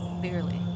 Clearly